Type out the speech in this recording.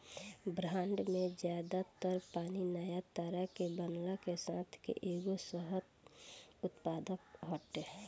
ब्रह्माण्ड में ज्यादा तर पानी नया तारा के बनला के साथ के एगो सह उत्पाद हटे